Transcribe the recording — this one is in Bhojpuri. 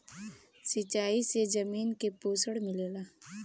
सिंचाई से जमीन के पोषण मिलेला